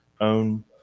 own